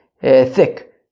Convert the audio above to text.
thick